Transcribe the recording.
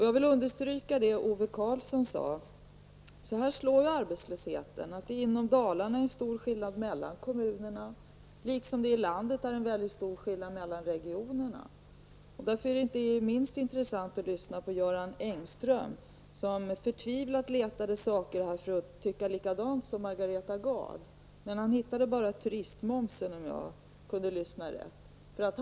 Jag vill understryka vad Ove Karlsson sade om att arbetslösheten slår på detta sätt. I Dalarna är det en stor skillnad mellan kommunerna, liksom det i landet är en stor skillnad mellan regionerna. Därför var det intressant att lyssna till Göran Engström, som förtvivlat letade efter frågor i vilka han skulle kunna tycka på samma sätt som Margareta Gard. Men om jag uppfattade honom rätt hittade han på den punkten bara turistmomsen.